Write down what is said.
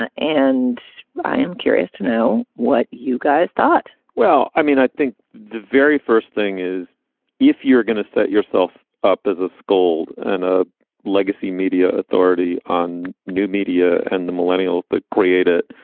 and i am curious to know what you guys thought well, i mean, i think the very first thing is if you're going to set yourself up as a scold and a legacy media authority on new media and the millennials that create it,